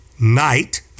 night